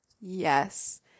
yes